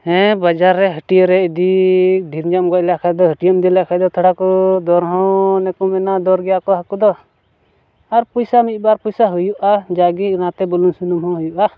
ᱦᱮᱸ ᱵᱟᱡᱟᱨ ᱨᱮ ᱦᱟᱹᱴᱤᱭᱟᱹ ᱨᱮ ᱤᱫᱤ ᱰᱷᱮᱹᱨ ᱧᱚᱜ ᱮᱢ ᱜᱚᱡ ᱞᱮᱠᱚ ᱠᱷᱟᱡ ᱫᱚ ᱦᱟᱹᱴᱤᱭᱟᱹᱢ ᱤᱫᱤ ᱞᱮᱠ ᱠᱷᱟᱡ ᱫᱚ ᱛᱷᱚᱲᱟ ᱠᱚ ᱫᱚᱨ ᱦᱚᱸ ᱤᱱᱟᱹ ᱠᱚ ᱢᱮᱱᱟ ᱫᱚᱨ ᱜᱮᱭᱟ ᱠᱚ ᱦᱟᱹᱠᱩ ᱫᱚ ᱟᱨ ᱯᱚᱭᱥᱟ ᱢᱤᱫ ᱵᱟᱨ ᱯᱚᱭᱥᱟ ᱦᱩᱭᱩᱜᱼᱟ ᱡᱟᱜᱮ ᱚᱱᱟᱛᱮ ᱵᱩᱞᱩᱝ ᱥᱩᱱᱩᱢ ᱦᱩᱭᱩᱜᱼᱟ